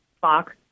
Fox